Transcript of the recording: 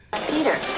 Peter